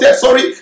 sorry